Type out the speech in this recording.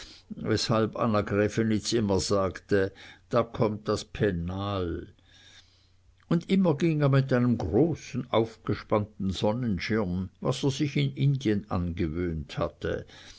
weshalb anna grävenitz immer sagte da kommt das pennal und immer ging er mit einem großen aufgespannten sonnenschirm was er sich in indien angewöhnt hatte